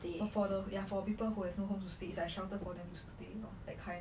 for the ya for people who have no home to stay it's like a shelter for them to stay lor that kind